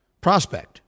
prospect